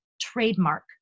trademark